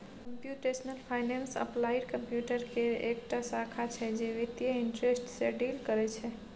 computational finance applied computer केर एकटा शाखा छै जे बित्तीय इंटरेस्ट सँ डील करय छै